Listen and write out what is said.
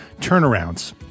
turnarounds